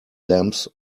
lamps